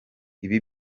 ibi